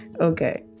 Okay